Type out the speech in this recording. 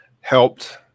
helped